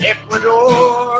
Ecuador